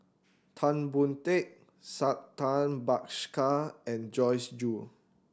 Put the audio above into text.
Tan Boon Teik Santha Bhaskar and Joyce Jue